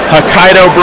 Hokkaido